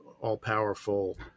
all-powerful